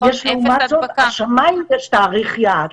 לעומת זאת לשמים יש תאריך יעד,